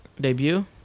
debut